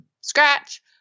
scratch